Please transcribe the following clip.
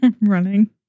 running